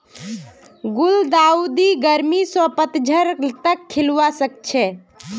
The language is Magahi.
गुलदाउदी गर्मी स पतझड़ तक खिलवा सखछे